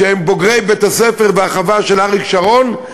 שהם בוגרי בית-הספר והחווה של אריק שרון,